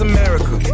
America